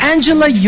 Angela